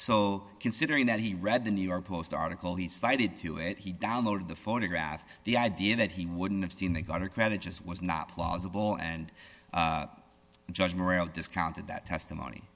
so considering that he read the new york post article he cited to it he downloaded the photograph the idea that he wouldn't have seen that got her credit just was not plausible and judge maria discounted that testimony